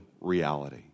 reality